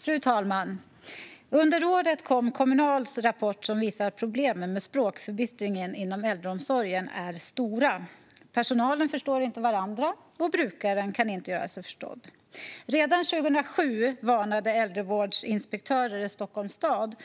Fru talman! Under året kom Kommunals rapport som visar att problemen med språkförbistringen inom äldreomsorgen är stora. Personalen förstår inte varandra, och brukaren kan inte göra sig förstådd. Redan 2007 sa äldrevårdsinspektörer i Stockholms stad